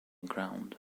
ground